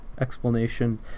explanation